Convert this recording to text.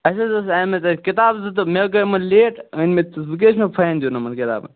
اَسہِ حظ ٲس امہِ منٛز ٲسۍ کِتاب زٕ تہٕ مےٚ گٔے یِمن لیٹ وۅنۍ مےٚ وۅنۍ کیٛاہ چھُ فایِن دِیُن یِمَن کِتابَن